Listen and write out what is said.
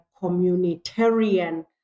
communitarian